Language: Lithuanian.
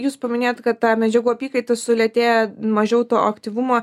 jūs paminėjot kad ta medžiagų apykaita sulėtėja mažiau to aktyvumo